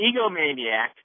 egomaniac